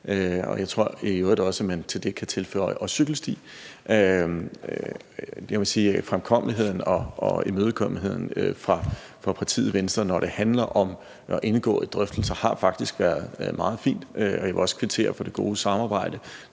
jeg tror i øvrigt også, at man til det kan tilføje: og cykelsti. Jeg må sige, at fremkommeligheden og imødekommenheden fra partiet Venstres side, når det handler om at indgå i drøftelser, faktisk har været meget fin, og jeg vil også kvittere for det gode samarbejde,